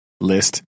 list